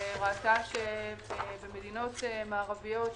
וראתה שבמדינות מערביות,